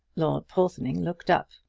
lord porthoning looked up.